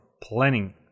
planning